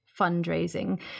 fundraising